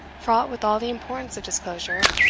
fraught with all the importance of disclosure,